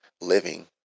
living